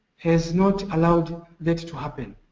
has not allowed that to happen.